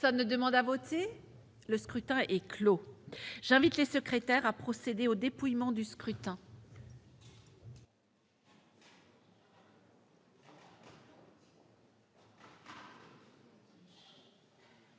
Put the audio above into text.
Personne ne demande plus à voter ?... Le scrutin est clos. J'invite Mmes et MM. les secrétaires à procéder au dépouillement du scrutin.